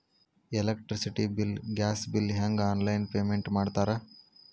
electricity bill gas bill ಹೆಂಗ online payment ಮಾಡ್ತಾರಾ